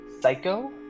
Psycho